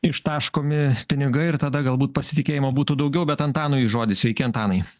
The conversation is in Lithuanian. ištaškomi pinigai ir tada galbūt pasitikėjimo būtų daugiau bet antanui žodis sveiki antanai